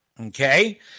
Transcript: Okay